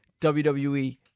WWE